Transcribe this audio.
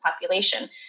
population